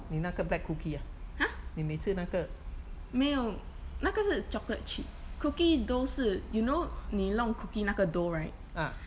!huh! 没有那个是 chocolate chip cookie dough 是 you know 你弄 cookie 那个 dough right